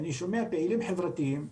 אני שומע פעילים חברתיים,